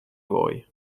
voi